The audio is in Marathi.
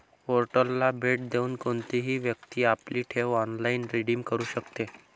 पोर्टलला भेट देऊन कोणतीही व्यक्ती आपली ठेव ऑनलाइन रिडीम करू शकते